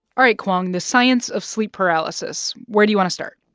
all right, kwong. the science of sleep paralysis where do you want to start?